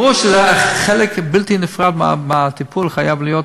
ברור שחלק בלתי נפרד מהטיפול חייב להיות,